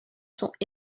sont